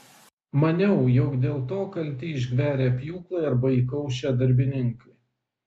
maniau jog dėl to kalti išgverę pjūklai arba įkaušę darbininkai